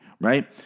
right